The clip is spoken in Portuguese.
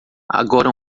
agora